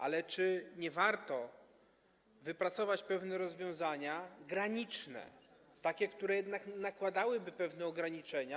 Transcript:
Ale czy nie warto wypracować pewnych rozwiązań granicznych, takich, które jednak nakładałyby pewne ograniczenia?